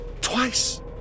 twice